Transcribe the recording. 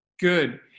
Good